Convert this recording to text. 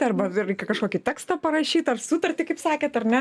arba reikia kažkokį tekstą parašyt ar sutartį kaip sakėt ar ne